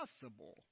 possible